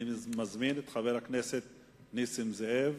אני מזמין את חבר הכנסת נסים זאב,